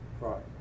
Right